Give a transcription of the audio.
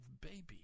baby